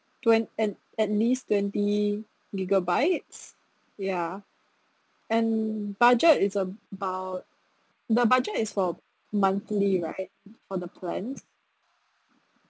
twen~ at at least twenty gigabytes ya and budget is about the budget is for monthly right for the plans